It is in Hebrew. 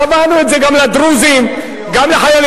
קבענו את זה גם לדרוזים, גם לחיילים.